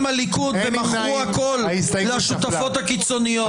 הליכוד ומכרו הכול לשותפות הקיצוניות.